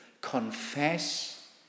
Confess